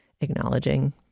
acknowledging